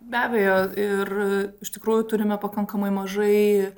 be abejo ir iš tikrųjų turime pakankamai mažai